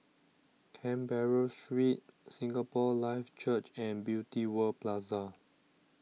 Canberra Street Singapore Life Church and Beauty World Plaza